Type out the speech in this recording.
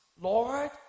Lord